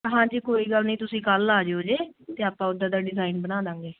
ਹਾਂਜੀ ਕੋਈ ਗੱਲ ਨੀ ਤੁਸੀਂ ਕੱਲ ਆਂ ਜਿਓ ਜੇ ਤੇ ਆਪਾਂ ਓਦਾਂ ਦਾ ਡਿਜ਼ਾਈਨ ਬਣਾਦਾਂਗੇ